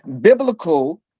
biblical